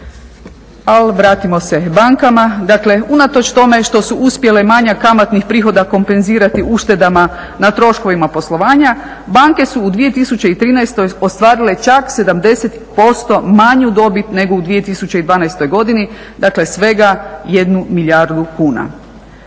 Ali vratimo se bankama, dakle unatoč tome što su uspjele manje kamatnih prihoda kompenzirati uštedama na troškovima poslovanja, banke su u 2013. ostvarile čak 70% manju dobit nego u 2012. godini, dakle svega 1 milijardu kuna.